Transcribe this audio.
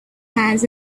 hands